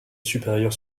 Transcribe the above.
supérieur